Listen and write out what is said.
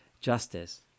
justice